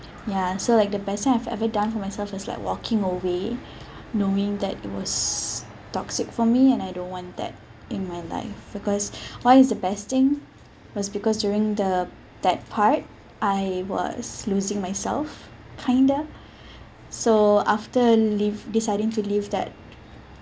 ya so like the best thing I've ever done for myself is like walking away knowing that it was toxic for me and I don't want that in my life because why is the best thing was because during the that part I was losing myself kind of so after leave deciding to leave that